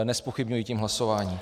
Nezpochybňují tím hlasování.